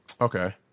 Okay